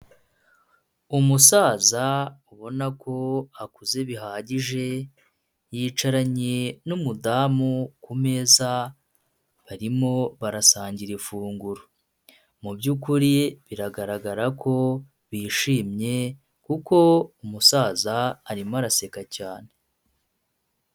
Umusaza ubona ko akuze bihagije, yicaranye n'umudamu ku meza barimo barasangira ifunguro. mu by'ukuri biragaragara ko bishimye kuko umusaza arimo araseka cyane.